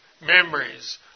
memories